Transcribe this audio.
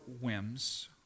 whims